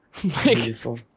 Beautiful